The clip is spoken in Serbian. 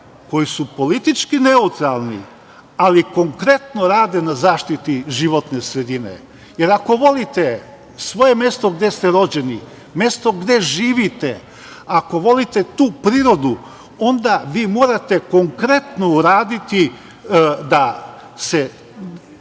koji su politički neutralni, ali konkretno rade na zaštiti životne sredine, jer ako volite svoje mesto gde ste rođeni, mesto gde živite, ako volite tu prirodu, onda vi morate konkretno uraditi